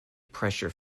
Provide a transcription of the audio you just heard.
pressure